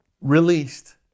released